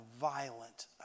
violent